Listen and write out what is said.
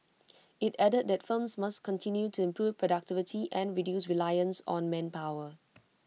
IT added that firms must continue to improve productivity and reduce reliance on manpower